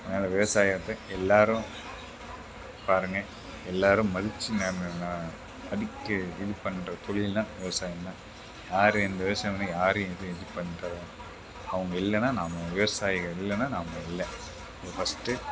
அதனால விவசாயத்தை எல்லாேரும் பாருங்கள் எல்லாேரும் மதித்து படிக்க ஹெல்ப் பண்ணுற தொழில்னா விவசாயம் தான் யார் இந்த விவசாயம் பண்ணால் யார் எதுவும் பண்ணுறது அவங்க இல்லைனா நாம் விவசாயிகள் இல்லைனா நாம் இல்லை இது ஃபஸ்ட்டு